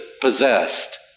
possessed